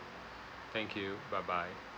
thank you bye bye